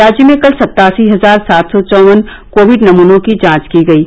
राज्य में कल सत्तासी हजार सात सौ चौवन कोविड नमूनों की जांच की गयी